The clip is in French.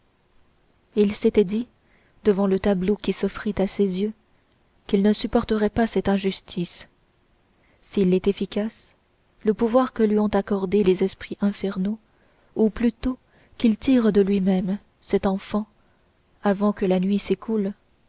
il s'était dit devant le tableau qui s'offrit à ses yeux qu'il ne supporterait pas cette injustice s'il est efficace le pouvoir que lui ont accordé les esprits infernaux ou plutôt qu'il tire de lui-même cet enfant avant que la nuit s'écoule